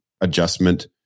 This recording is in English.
adjustment